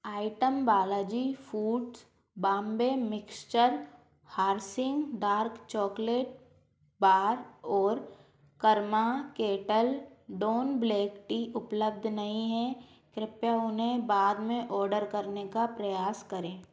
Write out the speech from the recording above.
item Balaji foods Bombay mixture Hershey's dark chocolate bar और Karma Kettle Dawn black tea उपलब्ध नहीं है कृपया उन्हें बाद में ऑर्डर करने का प्रयास करें